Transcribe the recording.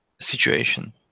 situation